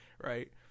right